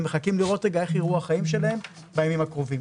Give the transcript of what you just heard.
הם מחכים לראות איך יראו החיים שלהם בימים הקרובים,